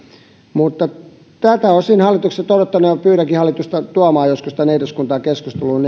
mutta tältä osin olen odottanut ja pyydänkin hallitusta tuomaan joskus tänne eduskuntaan keskusteluun